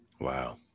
Wow